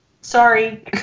Sorry